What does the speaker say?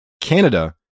Canada